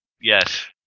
Yes